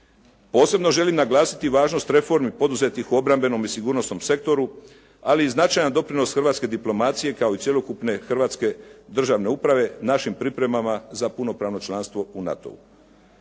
Posebno želim naglasiti važnost reformi poduzetih u obrambenom i sigurnosnom sektoru, ali i značajan doprinos hrvatske diplomacije kao i cjelokupne hrvatske državne uprave, našim pripremama za punopravno članstvo u NATO-u.